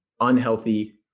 unhealthy